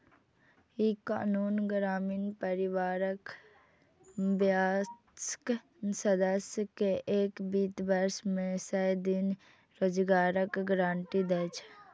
ई कानून ग्रामीण परिवारक वयस्क सदस्य कें एक वित्त वर्ष मे सय दिन रोजगारक गारंटी दै छै